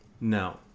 No